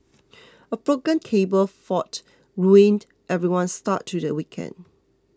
a broken cable fault ruined everyone's start to the weekend